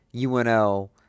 UNO